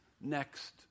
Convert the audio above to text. next